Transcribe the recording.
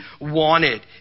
wanted